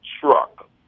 truck